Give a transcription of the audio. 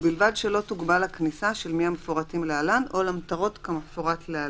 ובלבד שלא תוגבל הכניסה של מי מהמפורטים להלן או למטרות כמפורט להלן: